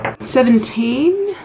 Seventeen